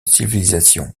civilisation